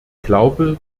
glaube